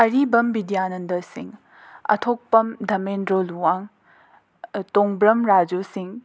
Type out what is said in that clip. ꯑꯔꯤꯕꯝ ꯕꯤꯗ꯭ꯌꯥꯅꯟꯗ ꯁꯤꯡ ꯑꯊꯣꯛꯄꯝ ꯙꯃꯦꯟꯗ꯭ꯔꯣ ꯂꯨꯋꯥꯡ ꯇꯣꯡꯕ꯭ꯔꯝ ꯔꯥꯖꯨ ꯁꯤꯡ